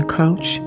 coach